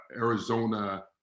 Arizona